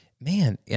man